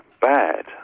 bad